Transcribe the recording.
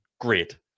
Great